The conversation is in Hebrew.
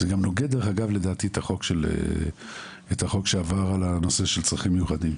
זה גם נוגד דרך אגב לדעתי את החוק שעבר על הנושא של צרכים מיוחדים.